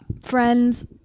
friends